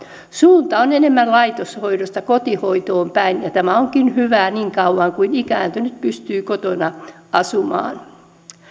suunta on enemmän laitoshoidosta kotihoitoon päin ja tämä onkin hyvä niin kauan kuin ikääntynyt pystyy kotona asumaan